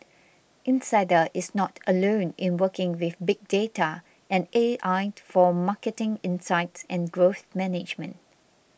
insider is not alone in working with big data and A I for marketing insights and growth management